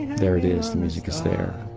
there it is. the music is there.